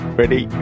ready